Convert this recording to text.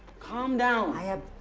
calm down. i have